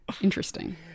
Interesting